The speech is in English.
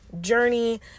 journey